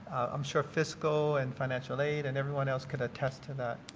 i'm sure fiscal and financial aid and everyone else could attest to that.